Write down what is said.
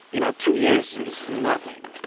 you know, two years is nothing.